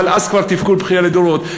אבל אז כבר תבכו בכייה לדורות.